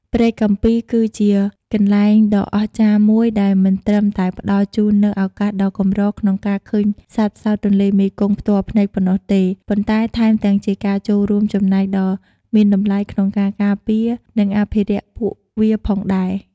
ព្រែកកាំពី គឺជាកន្លែងដ៏អស្ចារ្យមួយដែលមិនត្រឹមតែផ្តល់ជូននូវឱកាសដ៏កម្រក្នុងការឃើញសត្វផ្សោតទន្លេមេគង្គផ្ទាល់ភ្នែកប៉ុណ្ណោះទេ ប៉ុន្តែថែមទាំងជាការចូលរួមចំណែកដ៏មានតម្លៃក្នុងការការពារ និងអភិរក្សពួកវាផងដែរ ។